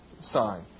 sign